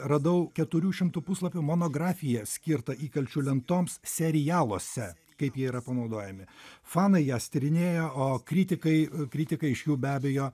radau keturių šimtų puslapių monografiją skirtą įkalčių lentoms serialuose kaip jie yra panaudojami fanai jas tyrinėja o kritikai kritikai iš jų be abejo